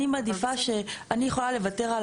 אפשר לוותר על